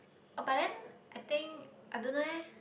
oh but then I think I don't know eh